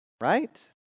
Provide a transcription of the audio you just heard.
right